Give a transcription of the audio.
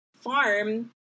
farm